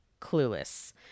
Clueless